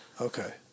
Okay